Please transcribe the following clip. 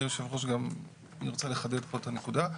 היושב ראש גם ארצה לחדד פה את הנקודה.